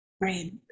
Right